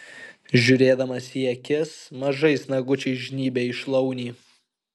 žiūrėdamas į akis mažais nagučiais žnybia į šlaunį